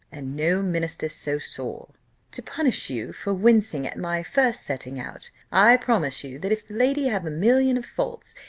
and no minister's so sore to punish you for wincing at my first setting out, i promise you, that if the lady have a million of faults,